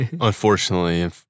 Unfortunately